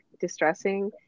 distressing